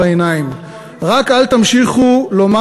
רק אל תמשיכו לזרות חול בעיניים.